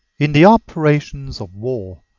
in the operations of war,